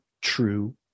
true